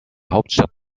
hauptstadt